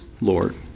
Lord